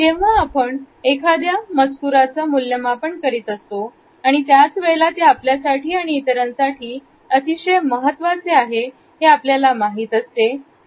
जेव्हा आपण एखाद्या मजकुराचा मूल्यमापन करीत असतो आणि त्याच वेळेला ते आपल्यासाठी आणि इतरांसाठी अतिशय महत्वाचे आहे हे आपल्याला माहीत असते